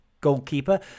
goalkeeper